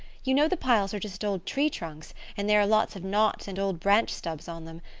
you know the piles are just old tree trunks and there are lots of knots and old branch stubs on them.